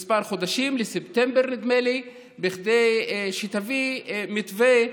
כמה חודשים, לספטמבר נדמה לי, כדי שתביא מתווה,